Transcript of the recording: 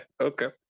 Okay